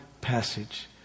passage